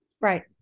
Right